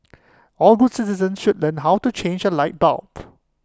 all good citizens should learn how to change A light bulb